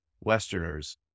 Westerners